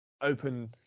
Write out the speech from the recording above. open